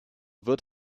wird